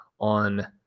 On